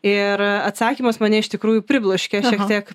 ir atsakymas mane iš tikrųjų pribloškė šiek tiek